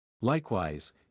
Likewise